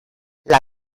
las